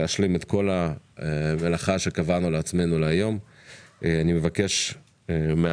להשאיר את העולם הקיים ולהתאים אותו לעולם החדש שבו